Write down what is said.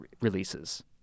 releases